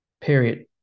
period